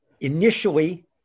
Initially